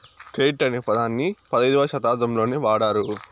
credit అనే పదాన్ని పదైధవ శతాబ్దంలోనే వాడారు